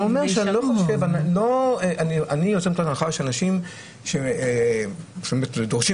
אני יוצא מנקודת הנחה שאנשים שדורשים